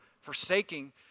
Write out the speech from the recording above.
forsaking